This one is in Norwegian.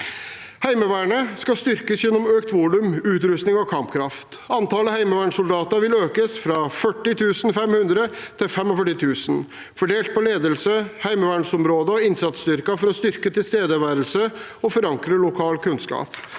Heimevernet skal styrkes gjennom økt volum, utrustning og kampkraft. Antallet heimevernssoldater vil økes fra 40 500 til 45 000, fordelt på ledelse, heimevernsområder og innsatsstyrker, for å styrke tilstedeværelse og forankre lokal kunnskap.